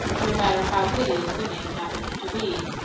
no matter how hideous the name happened to be.